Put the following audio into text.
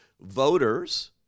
voters